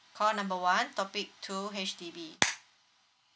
call number one topic two H_D_B